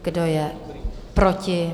Kdo je proti?